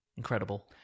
Incredible